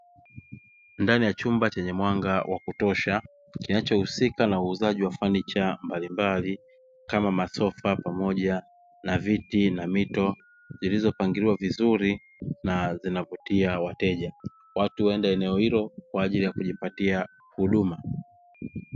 Ndani ya chumba chenye mwanga wa kutosha kinachohusika na uuzaji wa fanicha mbalimbali kama masofa pamoja na viti na mito zilizopangiliwa vizuri na zinavutia wateja. Watu huenda eneo hilo kwa ajili ya kujipatia huduma.